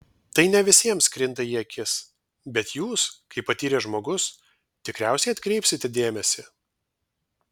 tai ne visiems krinta į akis bet jūs kaip patyręs žmogus tikriausiai atkreipsite dėmesį